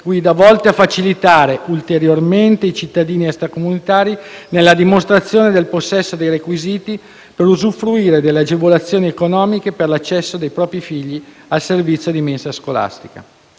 guida volte a facilitare ulteriormente i cittadini extracomunitari nella dimostrazione del possesso dei requisiti per usufruire delle agevolazioni economiche per l'accesso dei propri figli al servizio di mensa scolastica.